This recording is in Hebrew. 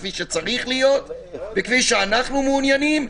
כפי שצריך להיות וכפי שאנחנו מעוניינים,